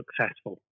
successful